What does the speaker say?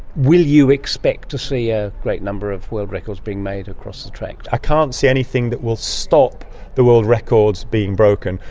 will you expect to see a great number of world records being made across the track? i can't see anything that will stop the world records being broken.